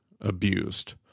abused